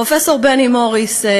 פרופסור בני מוריס,